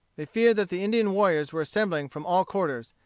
they feared that the indian warriors were assembling from all quarters,